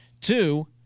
Two